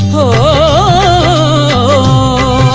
oh